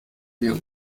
wir